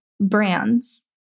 brands